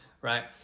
right